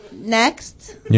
Next